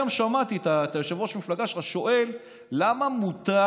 היום שמעתי את יושב-ראש המפלגה שלך שואל למה מותר